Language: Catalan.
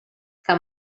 que